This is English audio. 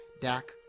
Dak